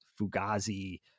Fugazi